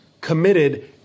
committed